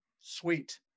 sweet